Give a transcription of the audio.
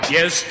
Yes